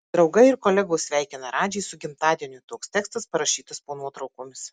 draugai ir kolegos sveikina radžį su gimtadieniu toks tekstas parašytas po nuotraukomis